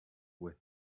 with